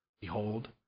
Behold